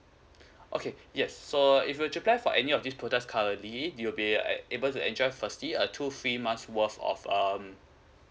okay yes so if you were to apply for any of these products currently you will be able to enjoy firstly a two free month's worth of um